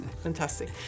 Fantastic